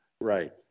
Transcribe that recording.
Right